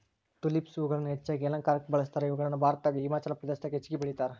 tulips ಹೂಗಳನ್ನ ಹೆಚ್ಚಾಗಿ ಅಲಂಕಾರಕ್ಕ ಬಳಸ್ತಾರ, ಇವುಗಳನ್ನ ಭಾರತದಾಗ ಹಿಮಾಚಲ ಪ್ರದೇಶದಾಗ ಹೆಚ್ಚಾಗಿ ಬೆಳೇತಾರ